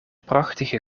prachtige